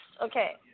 Okay